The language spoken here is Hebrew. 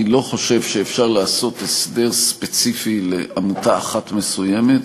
אני לא חושב שאפשר לעשות הסדר ספציפי לעמותה אחת מסוימת,